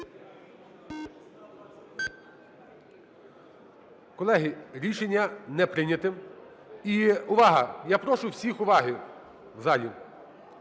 Колеги, рішення не прийнято. І увага! Я прошу всіх уваги в залі.